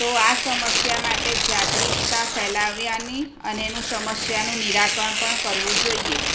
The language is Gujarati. તો આ સમસ્યા માટે જાગૃતતા ફેલાવ્યાની અને એનું સમસ્યાનું નિરાકરણ પણ કરવું જોઈએ